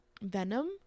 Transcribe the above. venom